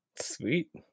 Sweet